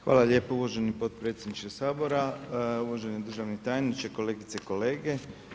Hvala lijepo uvaženi potpredsjedniče Sabora, uvaženi državni tajniče, kolegice i kolege.